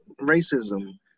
racism